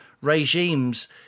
regimes